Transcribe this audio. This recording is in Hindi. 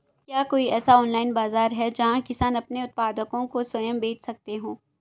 क्या कोई ऐसा ऑनलाइन बाज़ार है जहाँ किसान अपने उत्पादकों को स्वयं बेच सकते हों?